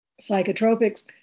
psychotropics